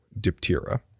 diptera